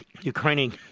Ukrainian